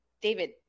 David